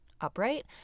upright